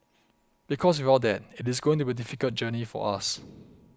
because without that it is going to be difficult journey for us